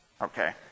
Okay